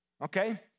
okay